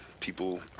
People